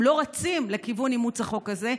הם לא רצים לכיוון אימוץ החוק הזה,